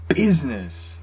Business